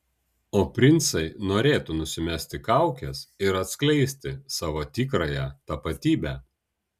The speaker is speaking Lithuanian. o princai norėtų nusimesti kaukes ir atskleisti savo tikrąją tapatybę